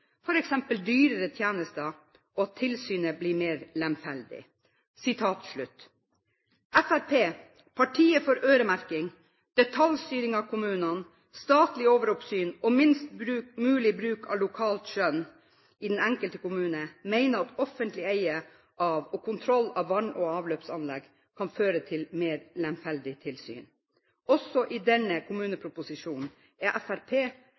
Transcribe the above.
eksempel dyrere tjenester og at tilsynet blir mer lemfeldig». Fremskrittspartiet, partiet som er for øremerking, detaljstyring av kommunene, statlig overoppsyn og minst mulig bruk av lokalt skjønn i den enkelte kommune, mener at offentlig eie og kontroll av vann- og avløpsanlegg kan føre til mer lemfeldig tilsyn. Også i innstillingen til denne kommuneproposisjonen er